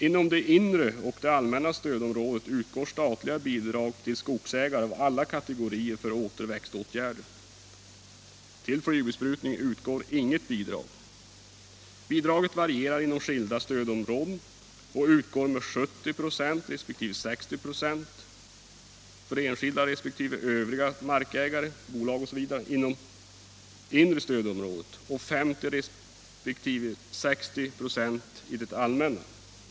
Inom det inre och det allmänna stödområdet utgår statliga bidrag till skogsägare av alla kategorier för återväxtåtgärder. Vid flygbesprutning utgår inget bidrag. Bidraget varierar inom skilda stödområden och utgår med 70 96 resp. 60 96 för enskilda resp. övriga markägare, bolag osv. inom inre stödområdet och 50 96 resp. 60 96 i det allmänna.